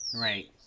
Right